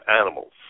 animals